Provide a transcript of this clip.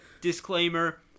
disclaimer